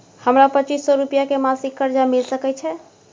हमरा पच्चीस सौ रुपिया के मासिक कर्जा मिल सकै छै?